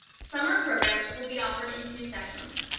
summer programs will be offered in two sessions.